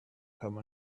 come